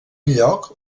lloc